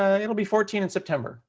ah it'll be fourteen in september.